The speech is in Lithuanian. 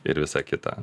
ir visa kita